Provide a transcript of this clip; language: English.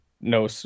no